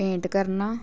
paint ਕਰਨਾ